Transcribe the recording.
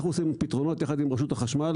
אנחנו עושים פתרונות יחד עם רשות החשמל,